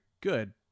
good